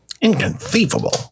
inconceivable